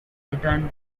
return